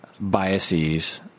biases